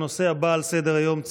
הנושא הבא על סדר-היום,